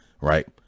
right